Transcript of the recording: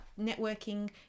networking